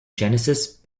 genesis